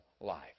life